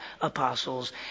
apostles